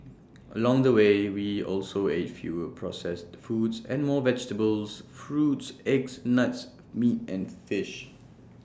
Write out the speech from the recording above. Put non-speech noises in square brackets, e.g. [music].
along the way we also ate fewer processed foods and more vegetables fruits eggs nuts meat and fish [noise]